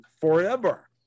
forever